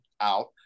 Out